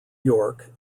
york